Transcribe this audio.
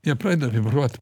jie pradeda vibruot